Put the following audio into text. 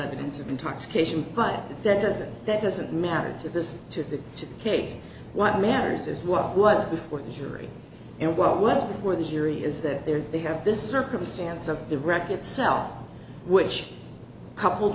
evidence of intoxication but that doesn't that doesn't matter to this to the case what matters is what was before the jury and what was before the jury is that there they have this circumstance of the wreck itself which couple